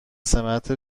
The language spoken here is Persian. سمت